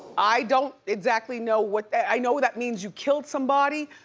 i don't exactly know what that, i know that means you killed somebody.